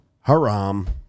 Haram